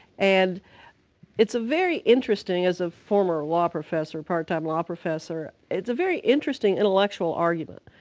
and it's very interesting as a former law professor, part-time law professor, it's a very interesting intellectual argument,